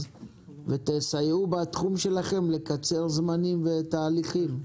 ותסייעו בתחום שלכם לקצר זמנים ותהליכים.